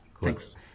Thanks